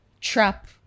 trap